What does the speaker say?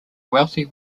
wealthy